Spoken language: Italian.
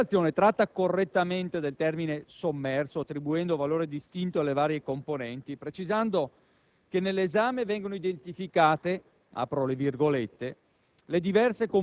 La relazione tratta correttamente del termine sommerso, attribuendo valore distinto alle varie componenti, precisando che nell'esame vengono identificate «le diverse